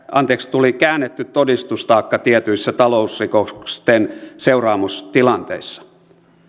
tuli käännetty todistustaakka tietyissä talousrikosten seuraamustilanteissa